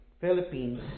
Philippines